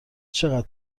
چقدر